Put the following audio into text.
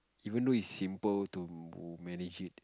even though it's simple to manage it